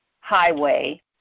Highway